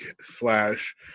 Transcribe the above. slash